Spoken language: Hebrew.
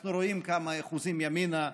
אנחנו רואים כמה אחוזים ימינה,